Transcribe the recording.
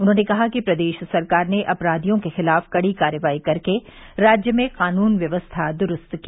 उन्होंने कहा कि प्रदेश सरकार ने अपराधियों के खिलाफ कड़ी कार्रवाई कर वै राज्य में कानून व्यवस्था दुरूस्त की